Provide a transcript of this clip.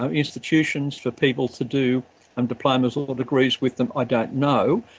ah institutions for people to do um diplomas or degrees with them i don't know.